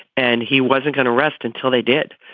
and he wasn't going to rest until they did.